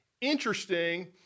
interesting